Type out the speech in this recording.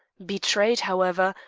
betrayed, however,